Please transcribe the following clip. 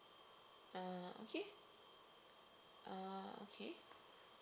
uh okay uh okay